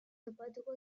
topatuko